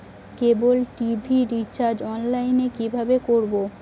কেবল TV recharge online এ কিভাবে করব?